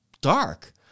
dark